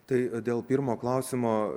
tai dėl pirmo klausimo